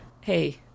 hey